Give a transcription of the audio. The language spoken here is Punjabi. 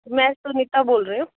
ਮੈਂ ਸੁਨੀਤਾ ਬੋਲ ਰਹੀ ਹੂੰ